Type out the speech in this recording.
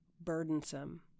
burdensome